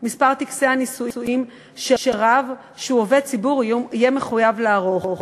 מספר טקסי הנישואים שרב שהוא עובד ציבור יהיה מחויב לערוך.